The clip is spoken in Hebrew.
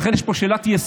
לכן יש פה שאלת יסוד,